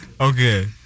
Okay